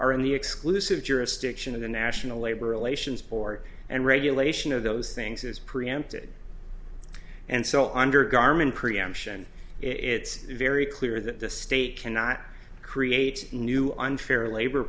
are in the exclusive jurisdiction of the national labor relations board and regulation of those things is preempted and so under garman preemption it's very clear that the state cannot create new unfair labor